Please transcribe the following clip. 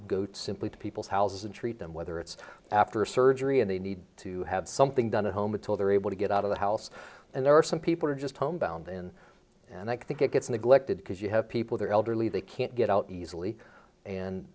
goot simply to people's houses and treat them whether it's after surgery and they need to have something done at home until they're able to get out of the house and there are some people are just home bound in and i think it gets neglected because you have people who are elderly they can't get out easily and